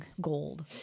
gold